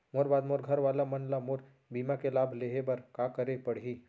मोर बाद मोर घर वाला मन ला मोर बीमा के लाभ लेहे बर का करे पड़ही?